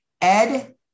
Ed